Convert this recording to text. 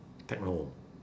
techno